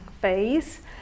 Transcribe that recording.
phase